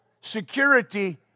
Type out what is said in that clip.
security